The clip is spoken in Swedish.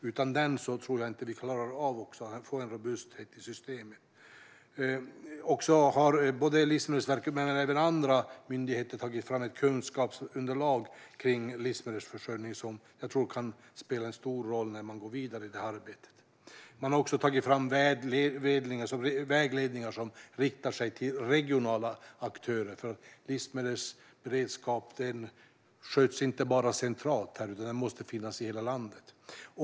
Utan dem tror jag inte att vi klarar av att få en robusthet i systemet. Livsmedelsverket och andra myndigheter har tagit fram ett kunskapsunderlag kring livsmedelsförsörjning som jag tror kan spela en stor roll när man går vidare i det här arbetet. Man har också tagit fram vägledningar som riktar sig till regionala aktörer, för livsmedelsberedskap sköts ju inte bara centralt utan måste finnas i hela landet.